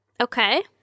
Okay